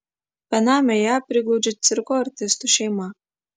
benamę ją priglaudžia cirko artistų šeima